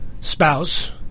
spouse